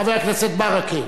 חבר הכנסת ברכה.